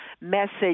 message